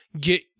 get